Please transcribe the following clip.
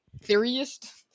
theorist